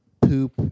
poop